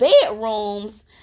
bedrooms